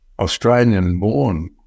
Australian-born